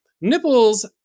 nipples